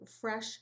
fresh